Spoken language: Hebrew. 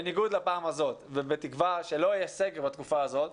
בניגוד לפעם הזאת ובתקווה שלא יהיה סגר בתקופה הזאת.